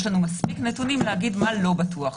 יש לנו מספיק נתונים להגיד מה לא בטוח,